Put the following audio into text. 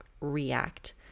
react